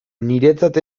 niretzat